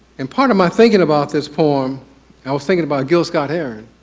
and part of my thinking about this poem i was thinking about gil scott-heron,